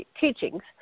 teachings